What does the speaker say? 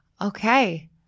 Okay